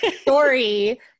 story